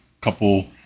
couple